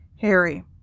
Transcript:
Harry